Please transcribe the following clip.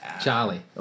Charlie